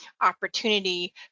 opportunity